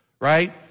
right